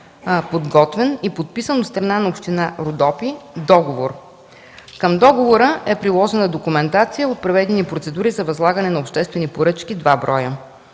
подготвен и подписан договор от страна на община Родопи. Към него е приложена документация от проведени процедури за възлагане на обществени поръчки – два броя.